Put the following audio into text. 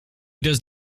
does